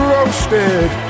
Roasted